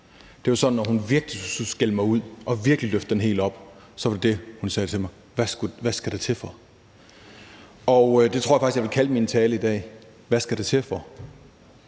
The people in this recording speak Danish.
det til for? Når hun virkelig skulle skælde mig ud og virkelig løfte den helt op, var det, hun sagde til mig: Hvad skal det til for? Det tror jeg faktisk jeg vil kalde min tale for i dag: Hvad skal det til for?